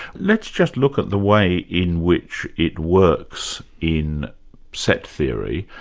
let's just look at the way in which it works in set theory.